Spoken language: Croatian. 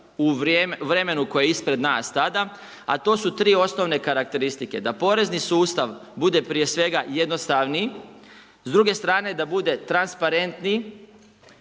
u vremenu koje je ispred nas tada, a to su tri osnovne karakteristike, da porezni sustav bude prije svega jednostavniji, s druge strane da bude transparentniji,